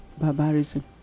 barbarism